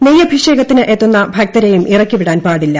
നെയ്യഭിഷേകത്തിന് എത്തുന്ന ഭക്തരെയും ഇറക്കിവിടാൻ പാടില്ല